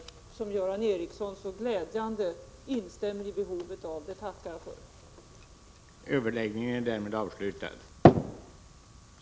Det är glädjande att Göran Ericsson instämmer när det gäller behovet av den typen av överläggningar, och det tackar jag för.